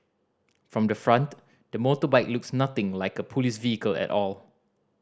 from the front the motorbike looks nothing like a police vehicle at all